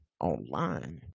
online